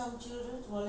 I don't know